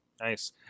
Nice